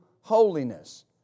holiness